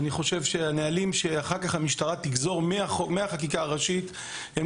אני חושב שהנהלים שאחר כך המשטרה תגזור מהחקיקה הראשית הם